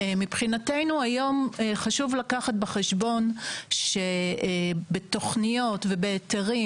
מבחינתו חשוב היום לקחת בחשבון שבתוכניות ובהיתרים